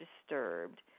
disturbed